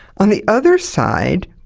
on the other side,